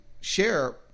share